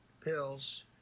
pills